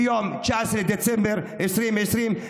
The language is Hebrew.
ביום 19 בדצמבר 2020,